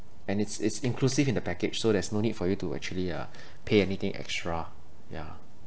and it's it's inclusive in the package so there's no need for you to actually uh pay anything extra ya